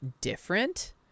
different